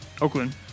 Oakland